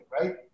right